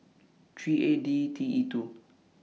three eight D T E two